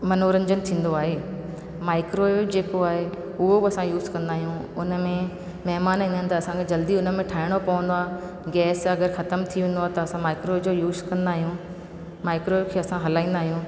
मनोरंजन थींदो आहे माइक्रोवेव जेको आहे उहो बि असां यूज़ कंदा आहियूं उन में महिमान ईंदा आहिनि त असांखे जल्दी उन में ठाहिणो पवंदो आहे गैस अगरि ख़तम थी वेंदो आहे त असां माइक्रोवेव जो यूस कंदा आहियूं माइक्रोवेव खे असां हलाईंदा आहियूं